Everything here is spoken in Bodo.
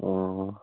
अह